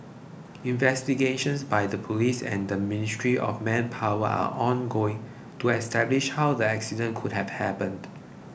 investigations by the police and the Ministry of Manpower are ongoing to establish how the accident could have happened